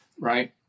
Right